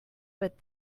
but